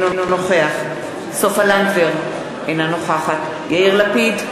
אינו נוכח סופה לנדבר, אינה נוכחת יאיר לפיד,